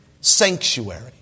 sanctuary